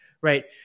right